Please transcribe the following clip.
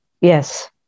Yes